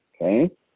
Okay